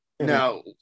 Now